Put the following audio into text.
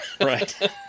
Right